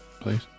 please